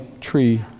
tree